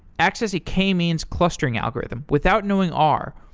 access a k-means clustering algorithm without knowing r,